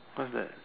what's that